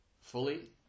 fully